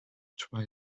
try